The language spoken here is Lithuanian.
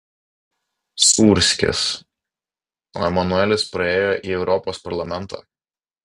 sūrskis o emanuelis praėjo į europos parlamentą